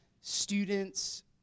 students